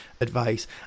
advice